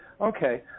Okay